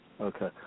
Okay